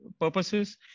purposes